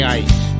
ice